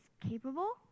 capable